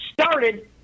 started